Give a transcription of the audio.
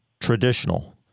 traditional